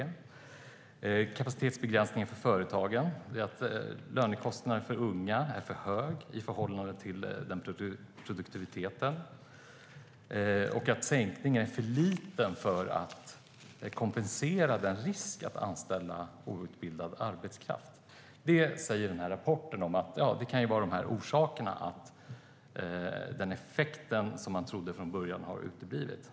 Det kan även bero på att kapacitetsbegränsningen för företagen gör att lönekostnaden för unga är för hög i förhållande till produktiviteten och att sänkningen är för liten för att kompensera risken med att anställa outbildad arbetskraft. Rapporten visar att detta kan vara orsakerna till att den förväntade effekten har uteblivit.